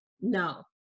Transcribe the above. no